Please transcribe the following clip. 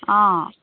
অঁ